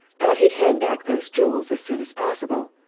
thought he'd hand back those jewels as soon as possible,